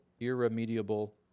irremediable